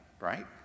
right